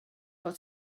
fod